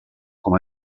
com